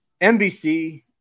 NBC